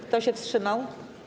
Kto się wstrzymał?